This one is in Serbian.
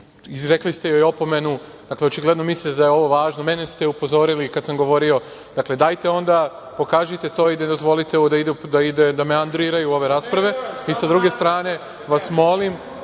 izrekli ste joj opomenu, i očigledno mislite da je ovo važno, mene ste upozorili kada sam govorio i dajte onda, pokažite to i ne dozvolite da ide, da me andriraju ove rasprave i sa druge strane, vas molim